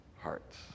hearts